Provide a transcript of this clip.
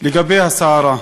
לגבי הסערה,